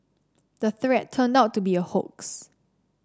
the threat turned out to be a hoax